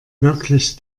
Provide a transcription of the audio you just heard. wirklich